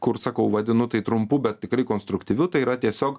kur sakau vadinu tai trumpu bet tikrai konstruktyviu tai yra tiesiog